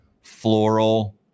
floral